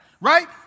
Right